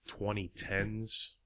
2010s